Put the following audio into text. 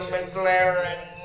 McLaren